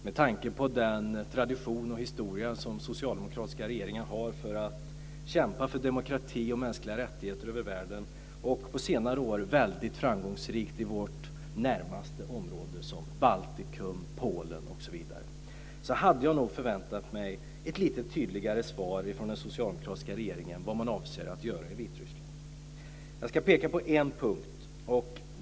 Med tanke på den tradition och historia som socialdemokratiska regeringar har när det gäller att kämpa för demokrati och mänskliga rättigheter över världen - på senare år väldigt framgångsrikt i vårt närmaste område, t.ex. i Baltikum och Polen - hade jag nog förväntat mig ett lite tydligare svar från den socialdemokratiska regeringen om vad man avser att göra i Vitryssland. Jag ska peka på en punkt.